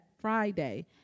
Friday